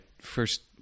first